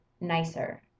nicer